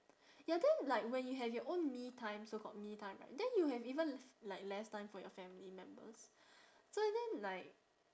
ya then like when you have your own me time so called me time right then you have even l~ like less time for your family members so and then like